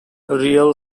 real